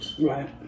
right